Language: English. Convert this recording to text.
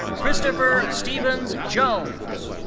christopher stephens jones.